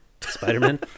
Spider-Man